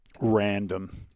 random